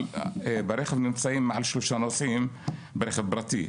ברכב נמצאים מעל שלושה נוסעים ברכב הפרטי,